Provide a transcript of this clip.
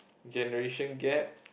generation gap